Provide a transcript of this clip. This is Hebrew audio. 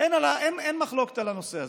אין מחלוקת על הנושא הזה.